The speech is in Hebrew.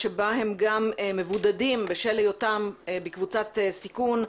בה הם גם מבודדים בשל היותם בקבוצת סיכון,